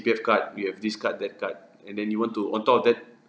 C_P_F card we have this card that card and then you want to on top of that